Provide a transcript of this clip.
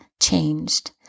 changed